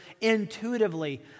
intuitively